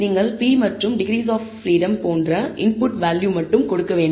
நீங்கள் p மற்றும் degrees of freedom போன்ற இன்புட் வேல்யூ மட்டும் கொடுக்க வேண்டும்